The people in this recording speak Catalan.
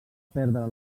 perdre